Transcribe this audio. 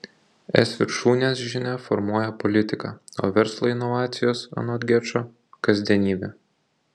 es viršūnės žinia formuoja politiką o verslui inovacijos anot gečo kasdienybė